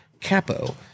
Capo